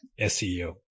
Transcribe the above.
SEO